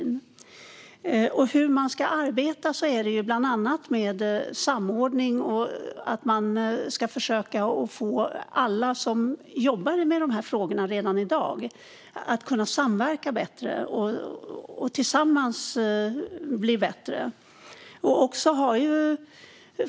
När det gäller hur man ska arbeta är det bland annat med samordning och att man ska försöka få alla som jobbar med de här frågorna redan i dag att kunna samverka bättre och tillsammans bli bättre på det här.